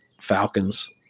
Falcons